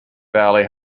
valley